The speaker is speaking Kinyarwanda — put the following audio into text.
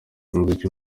umuziki